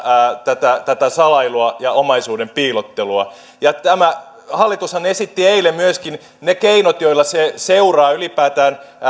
tätä tätä salailua ja omaisuuden piilottelua hallitushan esitti eilen myöskin ne keinot joilla se seuraa ylipäätään